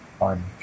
on